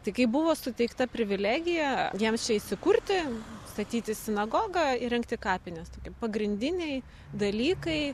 tai kaip buvo suteikta privilegija jiems čia įsikurti statyti sinagogą įrengti kapines tokie pagrindiniai dalykai